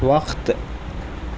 وقت